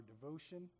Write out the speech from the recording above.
devotion